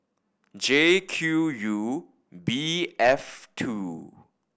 J Q U B F two